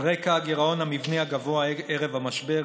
על רקע הגירעון המבני הגבוה ערב המשבר,